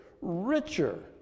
richer